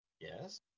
Yes